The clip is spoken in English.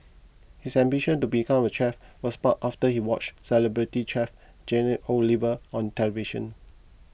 his ambition to become a chef was sparked after he watched celebrity chef Jamie Oliver on television